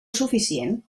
suficient